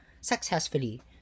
successfully